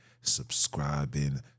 subscribing